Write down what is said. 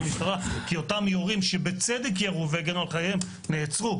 כי אותם יורים שבצדק ירו והגנו על חייהם נעצרו,